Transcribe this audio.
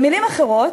או במילים אחרות,